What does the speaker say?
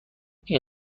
این